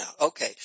okay